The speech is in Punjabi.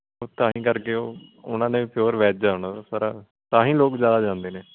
ਤਾਂ ਹੀ ਕਰਕੇ ਉਹ ਉਹਨਾਂ ਨੇ ਪਿਓਰ ਵੈਜ ਆ ਉਹਨਾਂ ਦਾ ਸਾਰਾ ਤਾਂ ਹੀ ਲੋਕ ਜ਼ਿਆਦਾ ਜਾਂਦੇ ਨੇ